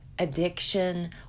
addiction